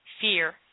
fear